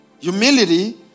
Humility